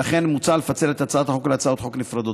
לכן, מוצע לפצל את הצעת החוק להצעות חוק נפרדות.